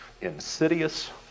insidious